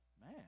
man